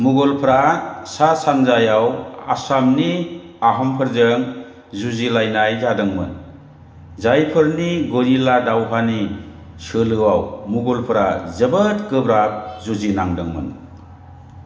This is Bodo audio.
मुगलफोरा सा सानजायाव आसामनि आहमफोरजों जुजिलायनाय जादोंमोन जायफोरनि गरिला दावहानि सोलोयाव मुगलफोरा जोबोद गोब्राब जुजिनांदोंमोन